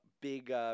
Big